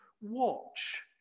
watch